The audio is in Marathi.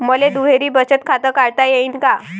मले दुहेरी बचत खातं काढता येईन का?